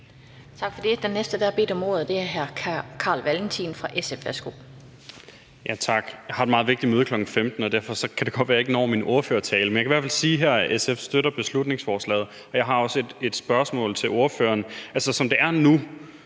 Jeg har et meget vigtigt møde kl. 15.00, og derfor kan det godt være, at jeg ikke når min ordførertale. Jeg kan i hvert fald her sige, at SF støtter beslutningsforslaget, og jeg har også et spørgsmål til ordføreren.